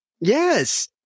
Yes